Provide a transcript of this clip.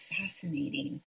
fascinating